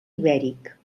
ibèric